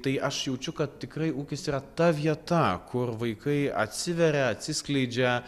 tai aš jaučiu kad tikrai ūkis yra ta vieta kur vaikai atsiveria atsiskleidžia